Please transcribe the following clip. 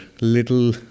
little